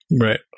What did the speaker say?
Right